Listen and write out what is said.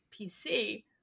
PC